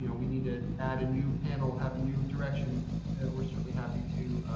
you know we need to add a new panel, have a new direction we're certainly happy to